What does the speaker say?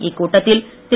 இக்கூட்டத்தில் திரு